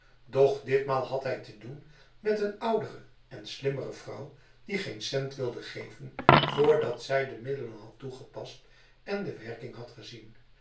ditmaal had hij te doen met een oudere en slimmere vrouw die geen cent wilde geven vrdat zij de middelen had toegepast en de werking had gezien